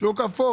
שוק אפור.